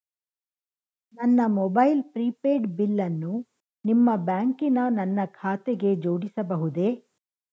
ನನ್ನ mobile prepaid ಬಿಲ್ಲನ್ನು ನಿಮ್ಮ ಬ್ಯಾಂಕಿನ ನನ್ನ ಖಾತೆಗೆ ಜೋಡಿಸಬಹುದೇ?